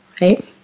right